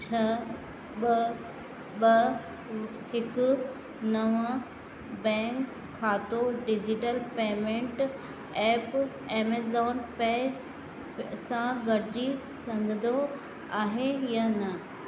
छह ॿ ॿ हिकु नव बैंक खातो digital payment app Amazon Pay सां गॾजी संघदो आहे या न